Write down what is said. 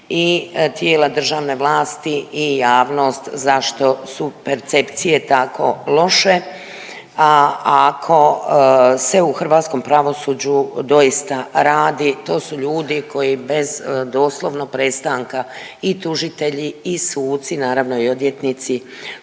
i tijela državne vlasti i javnost zašto su percepcije tako loše, a ako se u hrvatskom pravosuđu doista radi, to su ljudi koji bez, doslovno, prestanka i tužitelji i suci, naravno, i odvjetnici